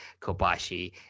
Kobashi